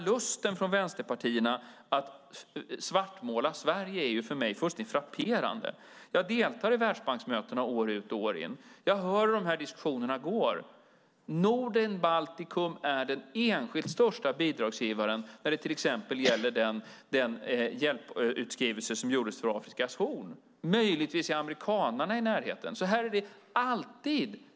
Lusten från vänsterpartierna att svartmåla Sverige är för mig fullständigt frapperande. Jag deltar i Världsbanksmötena år ut och år in, och jag hör hur diskussionerna går. Norden och Baltikum är de enskilt största bidragsgivarna till exempel för den hjälputskrivelse som gjordes för Afrikas horn. Möjligtvis är amerikanerna i närheten. Så här är det alltid.